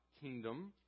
kingdom